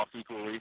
equally